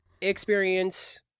experience